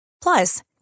Plus